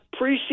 preseason